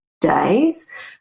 days